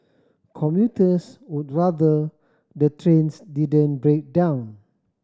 commuters would rather the trains didn't break down